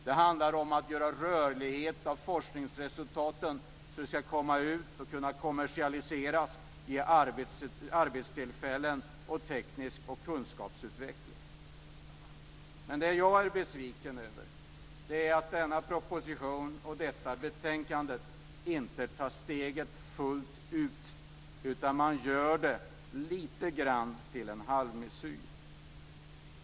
Det handlar om rörlighet när det gäller forskningsresultaten, så att dessa kan komma ut och kommersialiseras i arbetstillfällen och i teknisk och kunskapsmässig utveckling. Det som jag är besviken över är att man i denna proposition och i detta betänkande inte tar steget fullt ut utan gör något av en halvmesyr.